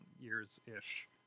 years-ish